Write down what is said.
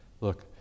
Look